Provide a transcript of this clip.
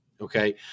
Okay